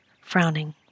frowning